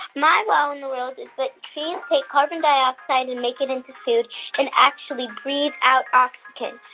my wow in the world is that trees take carbon dioxide and make it into food and actually breathe out oxygen.